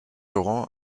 laurent